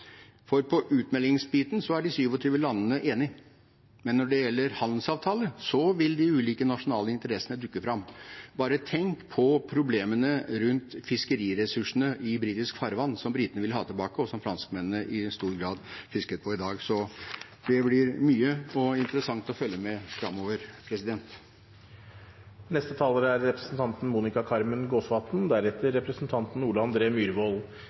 For når det gjelder utmeldingsbiten, er de 27 landene enige, men når det gjelder handelsavtale, vil de ulike nasjonale interessene dukke opp. Bare tenk på problemene rundt fiskeriressursene i britisk farvann, som britene vil ha tilbake, og som franskmennene i stor grad fisker på i dag. Så det blir mye interessant å følge med på framover.